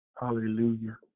Hallelujah